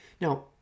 Now